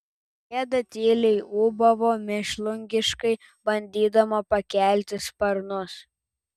pelėda tyliai ūbavo mėšlungiškai bandydama pakelti sparnus